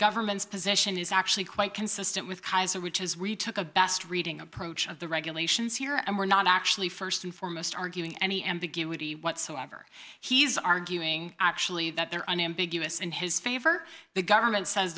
government's position is actually quite consistent with kaiser which is we took a best reading approach of the regulations here and we're not actually st and foremost arguing any ambiguity whatsoever he's arguing actually that there are unambiguous in his favor the government says